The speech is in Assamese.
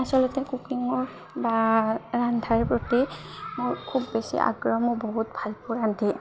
আচলতে কুকিঙৰ বা ৰন্ধাৰ প্ৰতি মোৰ খুব বেছি আগ্ৰহ মোৰ বহুত ভালপোৱা ৰান্ধি